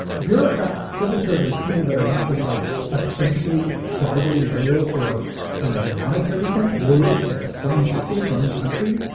bureaucrats, civil servants, people that are not just like essentially tribally loyal or in a monetary sense, loyal to like the party bosses running the country,